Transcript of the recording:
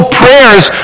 prayers